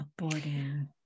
aborting